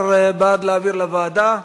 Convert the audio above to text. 17 בעד להעביר לוועדה,